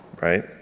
Right